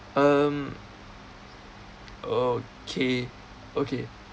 um okay okay